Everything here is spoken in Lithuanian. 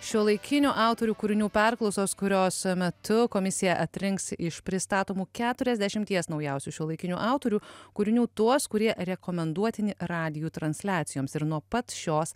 šiuolaikinių autorių kūrinių perklausos kurios metu komisija atrinks iš pristatomų keturiasdešimties naujausių šiuolaikinių autorių kūrinių tuos kurie rekomenduotini radijų transliacijoms ir nuo pat šios